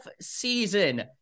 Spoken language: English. season